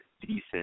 decent